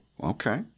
Okay